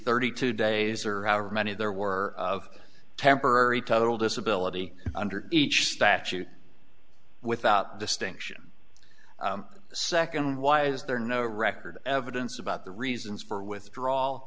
thirty two days or however many there were of temporary total disability under each statute without distinction second why is there no record evidence about the reasons for withdrawal